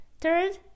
Third